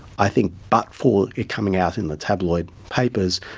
i think but for it coming out in the tabloid papers,